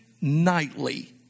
nightly